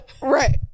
Right